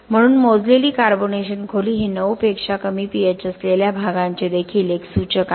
म्हणून मोजलेली कार्बोनेशन खोली हे 9 पेक्षा कमी pH असलेल्या भागांचे देखील एक सूचक आहे